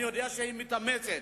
אני יודע שהיא מתאמצת.